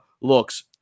looks